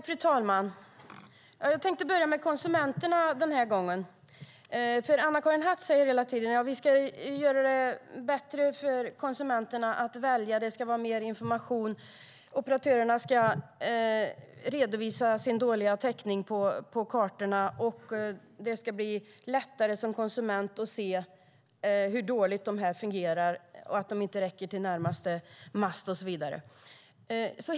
Fru talman! Jag tänkte börja med konsumenterna denna gång. Anna-Karin Hatt säger hela tiden: Vi ska göra det bättre för konsumenterna att välja, det ska vara mer information, operatörerna ska redovisa sin dåliga täckning på kartorna och det ska bli lättare för konsumenterna att se hur dåligt mobilerna fungerar, att de inte räcker till närmaste mast och så vidare.